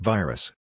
Virus